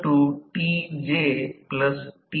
तर या मार्गाने गणिताचे असे प्रतिनिधित्व करू शकते